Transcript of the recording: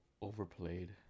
overplayed